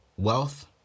Wealth